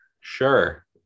Sure